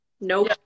Nope